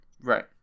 Right